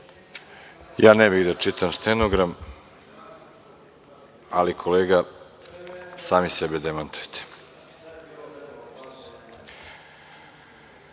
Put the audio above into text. Ne bih da čitam stenogram ali, kolega, sami sebe demantujete. Pošto